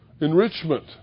Enrichment